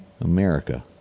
America